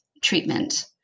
treatment